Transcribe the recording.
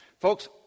Folks